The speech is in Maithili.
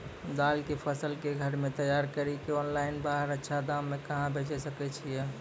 दाल के फसल के घर मे तैयार कड़ी के ऑनलाइन बाहर अच्छा दाम मे कहाँ बेचे सकय छियै?